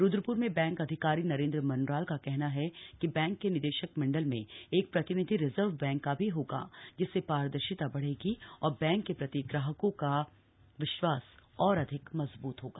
रुद्रप्र में बैंक अधिकारी नरेंद्र मनराल का कहना है कि बैंक के निदेशक मंडल में एक प्रतिनिधि रिज़र्व बैंक का भी होगा जिससे पारदर्शिता बढ़ेगी और बैंक के प्रति ग्राहकों का विश्वास और मजबूत होगा